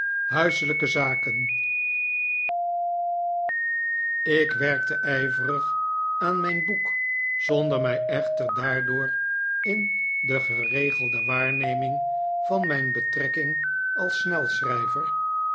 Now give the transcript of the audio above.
huiselijke zaken ik werkte ijverig aan mijn boek zonder mij echter daardoor in de geregelde waarneming van mijn betrekking als